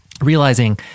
realizing